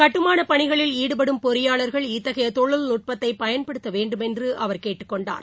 கட்டுமானப் பணிகளில் ஈடுபடும் பொறியாளர்கள் இத்தகைய தொழில்நுட்பத்தை பயன்படுத்த வேண்டுமென்று கேட்டுக் கொண்டார்